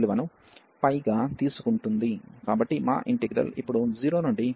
కాబట్టి మా ఇంటిగ్రల్ ఇప్పుడు 0 నుండి